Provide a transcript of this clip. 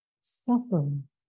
suffering